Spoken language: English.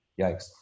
yikes